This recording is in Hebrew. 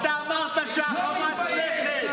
אתה אמרת שהחמאס זה נכס.